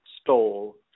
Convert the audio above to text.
stole